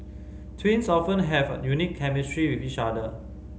twins often have a unique chemistry with each other